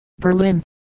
Berlin